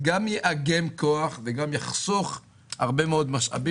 זה גם יאגם כוח וגם יחסוך הרבה מאוד משאבים.